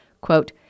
Quote